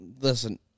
Listen